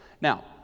now